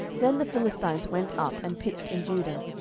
then the philistines went up, and pitched in judah,